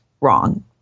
wrong